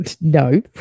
no